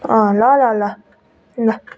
ल ल ल ल